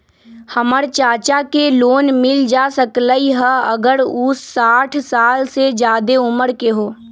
हमर चाचा के लोन मिल जा सकलई ह अगर उ साठ साल से जादे उमर के हों?